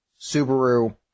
subaru